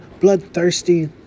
bloodthirsty